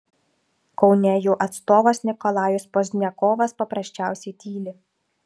kaune jų atstovas nikolajus pozdniakovas paprasčiausiai tyli